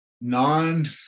Non